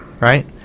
Right